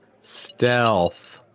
Stealth